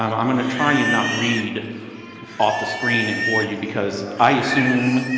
um i'm going to try and not read off the screen and bore you, because i assume,